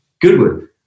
Goodwood